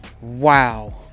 Wow